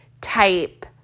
type